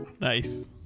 Nice